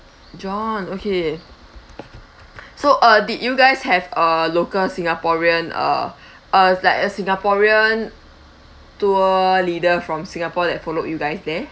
john okay so uh did you guys have a local singaporean uh uh like a singaporean tour leader from singapore that followed you guys there